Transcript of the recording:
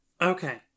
Okay